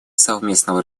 совместного